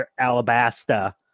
Alabasta